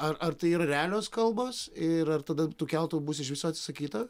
ar ar tai yra realios kalbos ir ar tada tų keltų bus iš viso atsisakyta